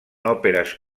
òperes